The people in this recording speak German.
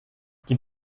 die